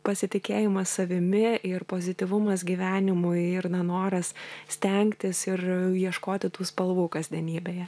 pasitikėjimas savimi ir pozityvumas gyvenimui ir na noras stengtis ir ieškoti tų spalvų kasdienybėje